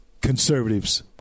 Conservatives